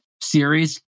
series